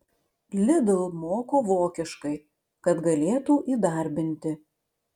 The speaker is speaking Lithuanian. lidl moko vokiškai kad galėtų įdarbinti